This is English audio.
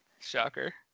Shocker